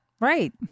Right